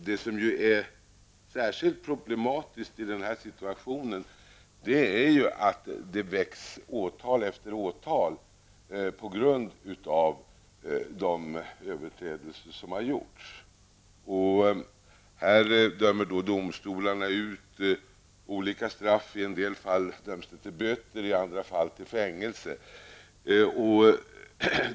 Det som är särskilt problematiskt i den här situationen är att det väcks åtal efter åtal på grund av de överträdelser som har gjorts. Här dömer domstolarna ut olika straff. I en del fall döms det till böter, i andra fall till fängelse.